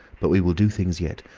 but we will do things yet.